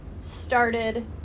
started